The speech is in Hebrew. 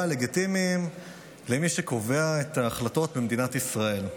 הלגיטימיים למי שקובע את ההחלטות במדינת ישראל.